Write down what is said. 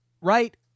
right